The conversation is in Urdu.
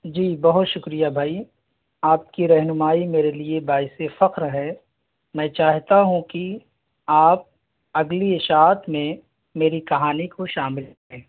جی بہت شکریہ بھائی آپ کی رہنمائی میرے لیے باعث فخر ہے میں چاہتا ہوں کہ آپ اگلی اشاعت میں میری کہانی کو شامل کریں